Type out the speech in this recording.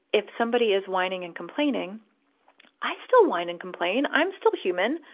if somebody is whining and complaining i still whine and complain. i'm still human,